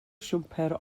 siwmper